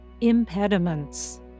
impediments